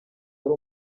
wari